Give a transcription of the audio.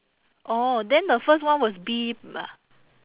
orh then the first one was B m~